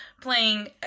playing